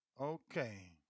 Okay